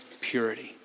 purity